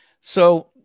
So-